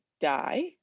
die